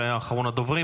שהיה אחרון הדוברים.